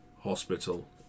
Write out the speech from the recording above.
hospital